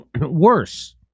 worse